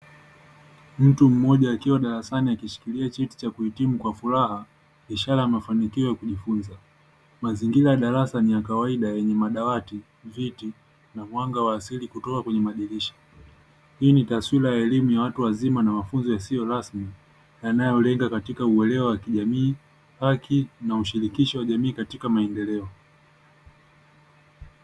Mtu moja akiwa darasani akishikilia cheti cha kuhitumu kwa furaha ishara ya mafanikio ya kujifunza. Mazingira ya darasa ni ya kawaida yenye madawati, viti na mwanga wa asili kutoka kwenye madirisha. Hii ni taswira ya elimu ya watu wazima na mafunzo yasiyo rasmi yanayolenga katika uelewa wa kjamii, haki na ushirikishi wa jamii katika maendeleo.